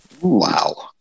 Wow